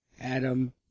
Adam